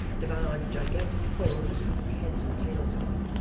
devoured gigantic prawns with the heads and tails on,